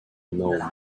know